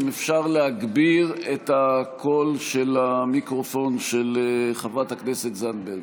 אם אפשר להגביר את הקול של המיקרופון של חברת הכנסת זנדברג.